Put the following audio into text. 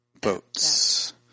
boats